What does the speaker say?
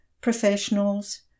professionals